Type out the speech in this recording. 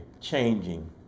changing